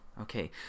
okay